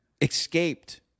escaped